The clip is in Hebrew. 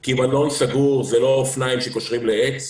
כי מלון סגור זה לא אופניים שקושרים לעץ.